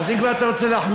אז אם כבר אתה רוצה להחמיר,